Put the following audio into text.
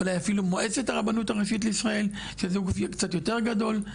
אולי אפילו מועצת הרבנות הראשית לישראל שזה גוף קצת יותר גדול.